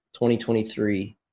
2023